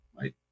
right